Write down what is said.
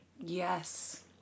Yes